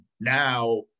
now